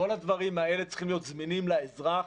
כל הדברים האלה צריכים להיות זמינים לאזרח,